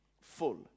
full